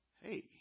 hey